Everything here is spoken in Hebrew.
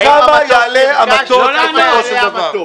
כמה יעלה המטוס בסופו של דבר?